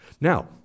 Now